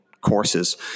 courses